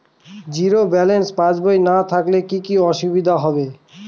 Zero balance পাসবই না থাকলে কি কী অসুবিধা হবে?